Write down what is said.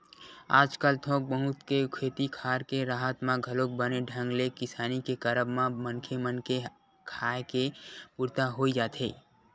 आजकल थोक बहुत के खेती खार के राहत म घलोक बने ढंग ले किसानी के करब म मनखे मन के खाय के पुरता होई जाथे